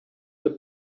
the